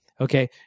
Okay